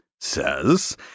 says